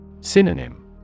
Synonym